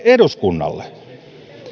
eduskunnalle